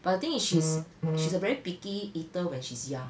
but the thing is she's she's a very picky eater when she's young